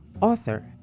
author